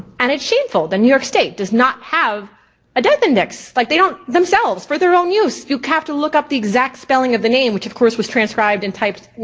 and it's shameful that new york state does not have a death index, like they don't themselves, for their own use. you have to look up the exact spelling of the name, which of course was transcribed and typed, you